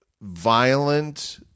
violent